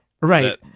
Right